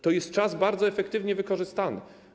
To jest czas bardzo efektywnie wykorzystany.